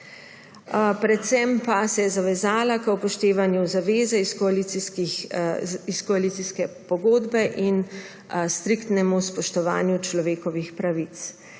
Predvsem pa se je zavezala k upoštevanju zaveze iz koalicijske pogodbe in striktnemu spoštovanju človekovih pravic.